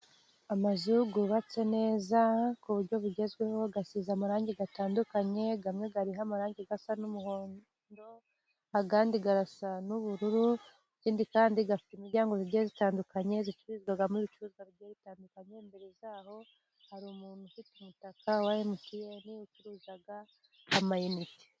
Amazu yubatse neza ku buryo bugezweho, asize amarangi atandukanye amwe ariho amarangi asa n'umuhondo ayandi asa n'ubururu, ikindi kandi afite imiryango igiye itandukanye icururizwamo ibicuruzwa bigiye bitandukanye, imbere yaho hari umuntu ufite umutaka wa emutiyene ucuruza amayineti.